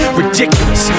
ridiculous